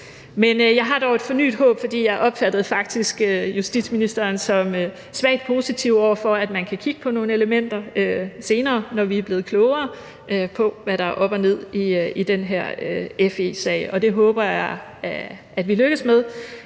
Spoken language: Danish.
jeg har dog et fornyet håb, for jeg opfattede faktisk justitsministeren som svagt positiv over for, at man kan kigge på nogle elementer senere, når vi er blevet klogere på, hvad der er op og ned i den her FE-sag. Det håber jeg vi lykkes med.